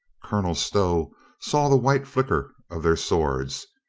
colonel stow saw the white flicker of their swords.